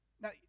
Now